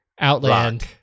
Outland